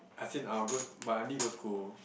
I think I will go but I only go school